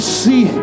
see